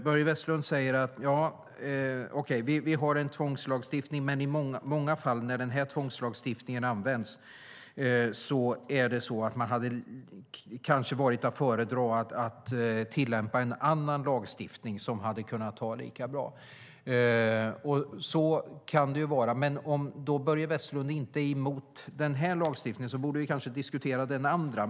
Börje Vestlund säger att vi har en tvångslagstiftning men att i många fall när den använts hade det kanske varit att föredra att tillämpa en annan lagstiftning som hade kunnat vara lika bra. Så kan det vara. Om Börje Vestlund inte är emot den här lagstiftningen borde vi kanske diskutera det andra.